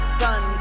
sun